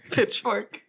Pitchfork